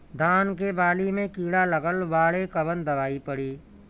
धान के बाली में कीड़ा लगल बाड़े कवन दवाई पड़ी?